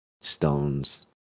stones